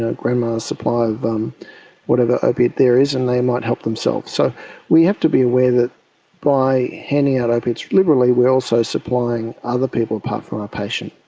ah grandma's supply of um whatever opiate there is and they might help themselves. so we have to be aware that by handing out opiates liberally we're also supplying other people apart from our patients.